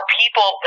people